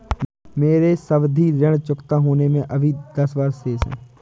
मेरे सावधि ऋण चुकता होने में अभी दस वर्ष शेष है